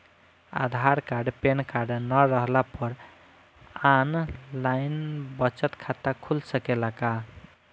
आधार card PAN card न रहला पर आन लाइन बचत खाता खुल सकेला का?